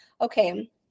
okay